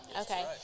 Okay